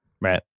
Right